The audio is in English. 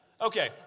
okay